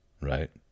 Right